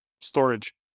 storage